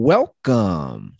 Welcome